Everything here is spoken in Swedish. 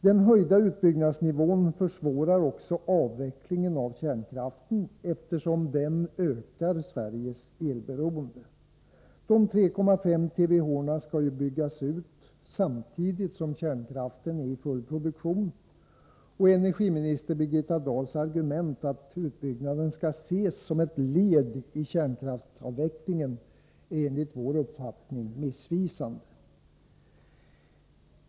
Den höjda utbyggnadsnivån försvårar också avvecklingen av kärnkraften, eftersom den ökar Sveriges elberoende. De 3,5 TWh skall ju byggas ut samtidigt som kärnkraften är i full produktion. Energiminister Dahls argument att utbyggnaden skall ses som ett led i kärnkraftsavvecklingen är enligt vår uppfattning missvisande.